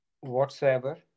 whatsoever